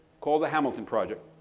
called the hamilton project.